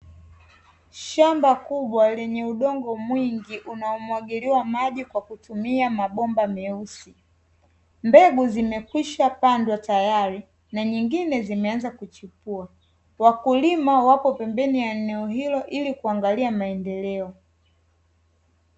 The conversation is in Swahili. Shamba kubwa lenye udongo mwingi unamwagiliwa maji kwa kutumia mabomba meusi, mbegu zimekwisha pandwa tayari na nyingine zimeanza kuchipua, wakulima wapo pembeni ya eneo hilo ili kuangalia maendeleo.